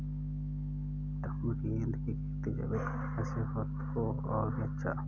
tamarind की खेती जैविक प्रक्रिया से हो तो और भी अच्छा